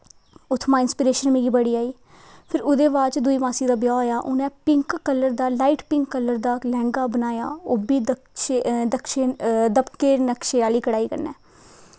उत्थुआं दा इंस्पिरिशन मिगी बड़ी आई फिर ओह्दे बाद दुई मासी दा ब्याह् होआ उ'नें पिंक कल्लर दा लाईट पिंक कल्लर दा लैंह्गा बनाया ओह् बी दपके नक्शे आह्ली कड़ाही कन्नै